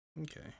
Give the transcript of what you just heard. Okay